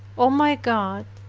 o my god,